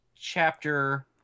chapter